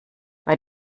bei